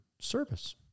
service